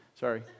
Sorry